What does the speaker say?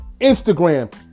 Instagram